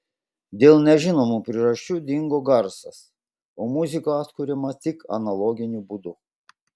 dėl nežinomų priežasčių dingo garsas o muzika atkuriama tik analoginiu būdu